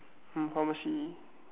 hmm pharmacy